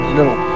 little